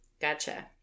Gotcha